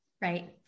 right